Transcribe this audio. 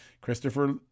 Christopher